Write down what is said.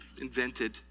invented